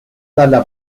dalla